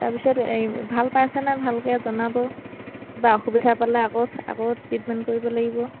তাৰপিছত এই ভাল পাইছেনে ভালকৈ জনাব কিবা অসুবিধা পালে আকৌ আকৌ ট্ৰিটমেণ্ট কৰিব লাগিব